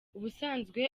ubusanzwe